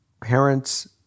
parents